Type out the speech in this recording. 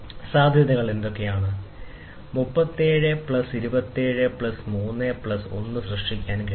സാധ്യതകൾ എന്തൊക്കെയാണ് 33 ° 27 ° plus 3 ° plus 1 കൊണ്ട് സൃഷ്ടിക്കാൻ കഴിയും